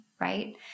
right